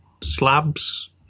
slabs